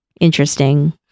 interesting